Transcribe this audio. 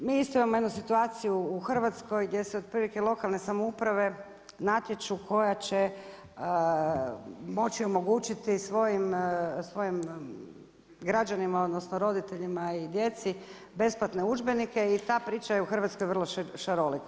Znači, mi isto imamo jednu situaciju u Hrvatskoj gdje se otprilike lokalne samouprave natječu koja će moći omogućiti svojim građanima, odnosno, roditeljima i djeci, besplatne udžbenike i ta priča je u Hrvatskoj vrlo šarolika.